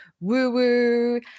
woo-woo